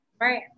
Right